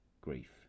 grief